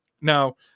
now